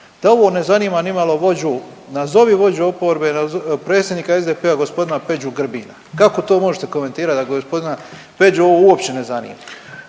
da ovo ne zanima ni malo vođu, nazovi vođu oporbe, predsjednika SDP-a gospodina Peđu Grbina. Kako to možete komentirati da gospodina Peđu ovo uopće ne zanima?